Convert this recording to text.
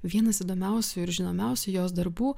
vienas įdomiausių ir žinomiausių jos darbų